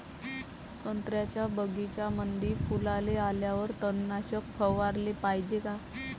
संत्र्याच्या बगीच्यामंदी फुलाले आल्यावर तननाशक फवाराले पायजे का?